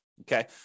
Okay